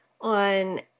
on